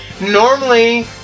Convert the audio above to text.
Normally